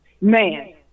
Man